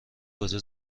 کجا